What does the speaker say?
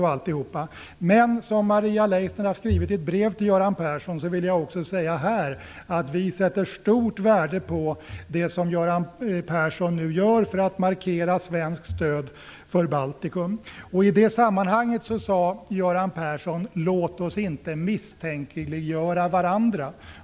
Maria Leissner har skrivit i ett brev till Göran Persson, och det vill jag också säga här, att vi i Folkpartiet sätter stort värde på det som han nu gör för att markera svenskt stöd för Baltikum. I det sammanhanget sade Göran Persson: Låt oss inte misstänkliggöra varandra.